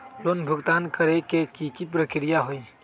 Loan भुगतान करे के की की प्रक्रिया होई?